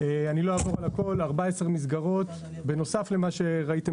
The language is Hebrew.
לא אעבור על הכול 14 מסגרות בנוסף למה שראיתם